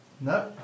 No